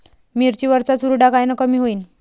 मिरची वरचा चुरडा कायनं कमी होईन?